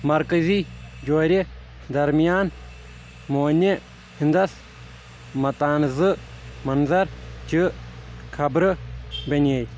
مَرکٔزی جورِ درمیان ہنٛدس متانزٕ مَنظر چہِ خَبرٕ بَنیے